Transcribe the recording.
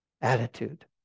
attitude